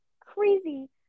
crazy